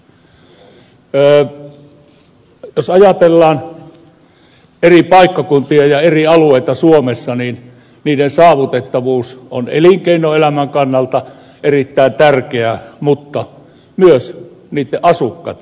jos ajatellaan eri paikkakuntia ja eri alueita suomessa niin niiden saavutettavuus on elinkeinoelämän kannalta erittäin tärkeä mutta myös niitten asukkaitten kannalta